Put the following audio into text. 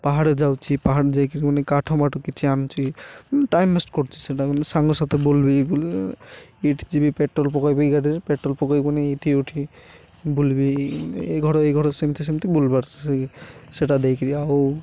ପାହାଡ଼ ଯାଉଛି ପାହାଡ଼ ଯାଇକିରି ପୁଣି କାଠ ମାଠ କିଛି ଆଣୁଛି ମାନେ ଟାଇମ ୱେଷ୍ଟ କରୁଛି ସେଇଟା ମାନେ ସାଙ୍ଗ ସାଥେ ବୁଲିବି ଏଇଠି ଯିବି ପେଟ୍ରୋଲ ପକାଇବି ଏହି ଗାଡ଼ିରେ ପେଟ୍ରୋଲ ପକାଇବୁନି ଏଇଠି ଉଠି ବୁଲିବି ଏହି ଘର ଏହି ଘର ସେମିତି ସେମିତି ବୁଲପାରୁଛି ସେ ସେଇଟା ଦେଇକିରି ଆଉ